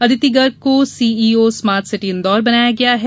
अदिति गर्ग को CEO smart city Indore बनाया गया है